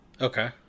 okay